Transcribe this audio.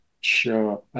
Sure